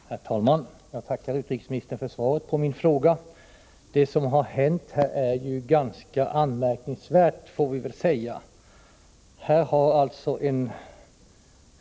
Herr talman! Jag tackar utrikesministern för svaret på min fråga. Det som har hänt är ju ganska anmärkningsvärt.